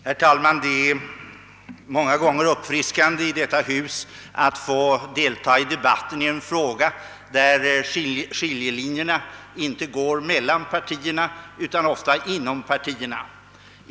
Herr talman! Det är många gånger uppfriskande att i detta hus få deltaga i debatten i en fråga, där skiljelinjerna inte går mellan partierna utan inom partierna.